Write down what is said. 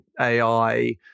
AI